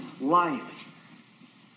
life